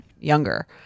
younger